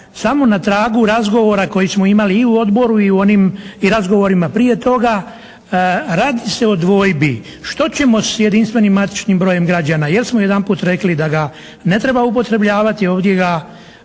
samo na tragu razgovora koje smo imali i u odboru i u onim razgovorima prije toga. Radi se o dvojbi što ćemo s jedinstvenim matičnim brojem građana jer smo jedanput rekli da ga ne treba upotrebljavati, ovdje ga